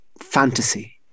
fantasy